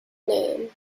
name